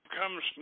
comes